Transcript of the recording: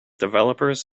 developers